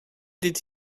did